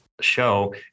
show